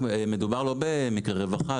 לא מדובר במקרי רווחה.